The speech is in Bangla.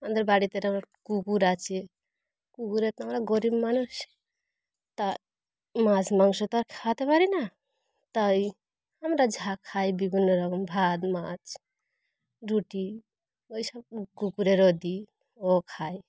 আমাদের বাড়িতে আমার কুকুর আছে কুকুরে তো আমরা গরিব মানুষ তা মাছ মাংস তো আর খাওয়াতে পারি না তাই আমরা যা খাই বিভিন্ন রকম ভাত মাছ রুটি ওই সব কুকুরেরও দিই ও ও খায়